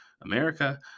America